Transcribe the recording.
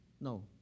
No